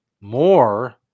more